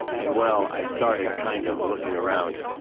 and, well, i started kind of looking around.